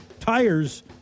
tires